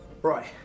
Right